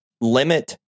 limit